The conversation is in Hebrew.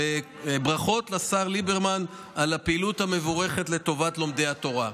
וברכות לשר ליברמן על הפעילות המבורכת לטובת לומדי התורה.